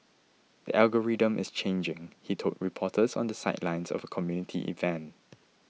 the algorithm is changing he told reporters on the sidelines of a community event